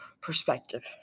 perspective